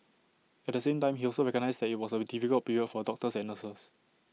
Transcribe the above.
at the same time he also recognised that IT was A difficult period for doctors and nurses